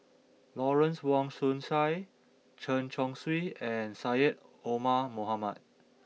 Lawrence Wong Shyun Tsai Chen Chong Swee and Syed Omar Mohamed